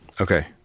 Okay